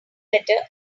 better